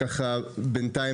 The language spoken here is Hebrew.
יודע שבינתיים,